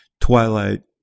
twilight